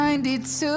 92